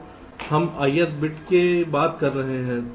तो हम ith bit की बात कर रहे हैं